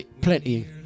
plenty